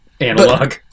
Analog